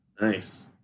Nice